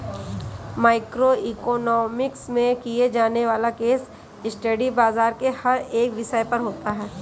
micro economics में किया जाने वाला केस स्टडी बाजार के हर एक विषय पर होता है